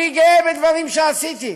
אני גאה בדברים שעשיתי.